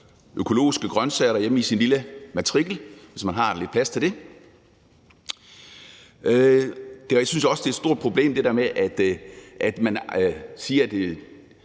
økologiske grønsager derhjemme på sin lille matrikel, hvis man har lidt plads til det. Jeg synes også, at der er et stort problem i det der med, at man siger,